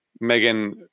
Megan